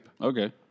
Okay